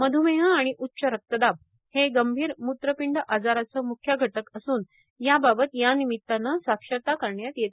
मध्मेह आणि उच्च रक्तदाब हे गंभीर म्त्रपिंड आजाराचं म्ख्य घटक असून याबाबत यानिमित्तानं साक्षरता करण्यात येते